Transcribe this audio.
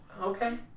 Okay